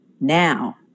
now